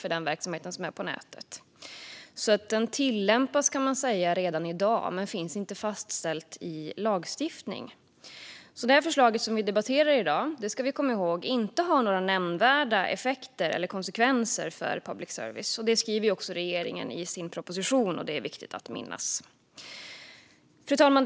De tillämpas redan i dag men finns inte fastställda i lagstiftning. Vi ska komma ihåg att det förslag vi debatterar i dag inte har några nämnvärda effekter eller konsekvenser för public service. Det skriver också regeringen i sin proposition, och det är viktigt att minnas. Fru talman!